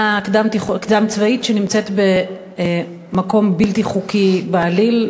קדם-צבאית שנמצאת במקום בלתי חוקי בעליל,